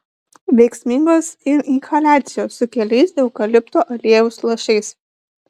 veiksmingos ir inhaliacijos su keliais eukalipto aliejaus lašais